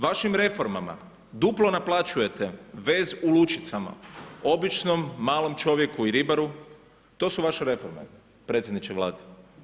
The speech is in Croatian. Vašim reformama duplo naplaćujete vez u lučicama običnom malom čovjeku i ribaru, to su vaše reforme predsjedniče Vlade.